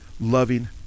loving